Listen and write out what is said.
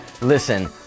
Listen